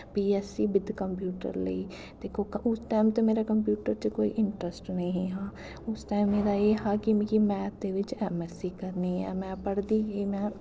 B S with computer लेई ते उस टैम ते मेरा कंप्यूटर च कोई इंटर्स्ट नेईं हा उस टाइम मेरा एह् हा कि मिगी मैथ दे बिच्च दे ओह्दे बिच्च ऐम ऐस सी करनी ऐ में पढ़दी गेई में